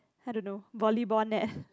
I don't know volleyball net